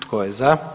Tko je za?